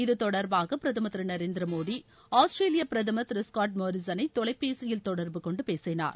இதுதொடர்பாக பிரதமர் திரு நரேந்திர மோடி ஆஸ்திரேலியா பிரதமர் திரு ஸகாட் மாரிசனை தொலைபேசியில் தொடர்பு கொண்டு பேசினார்